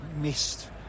missed